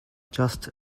just